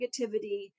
negativity